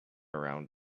around